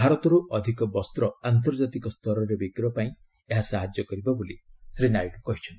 ଭାରତରୁ ଅଧିକ ବସ୍ତ୍ର ଆନ୍ତର୍ଜାତିକ ସ୍ତରରେ ବିକ୍ରୟ ପାଇଁ ଏହା ସାହାଯ୍ୟ କରିବ ବୋଲି ଶ୍ରୀ ନାଇଡୁ କହିଛନ୍ତି